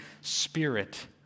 Spirit